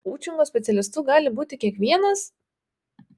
koučingo specialistu gali būti kiekvienas